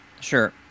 Sure